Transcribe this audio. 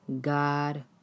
God